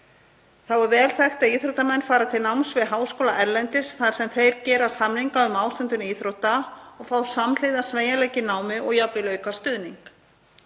Þá er vel þekkt að íþróttamenn fara til náms við háskóla erlendis þar sem þeir gera samninga um ástundun íþrótta og fá samhliða sveigjanleika í námi og jafnvel aukastuðning.